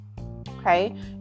okay